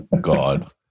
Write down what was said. god